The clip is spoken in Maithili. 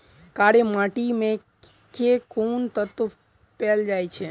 कार्य माटि मे केँ कुन तत्व पैल जाय छै?